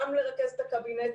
גם לרכז את הקבינט,